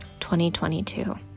2022